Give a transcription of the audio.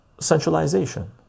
centralization